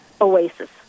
oasis